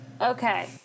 Okay